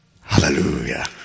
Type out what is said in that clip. Hallelujah